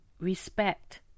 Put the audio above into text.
respect